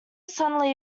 suddenly